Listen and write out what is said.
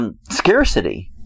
Scarcity